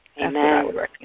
Amen